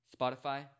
spotify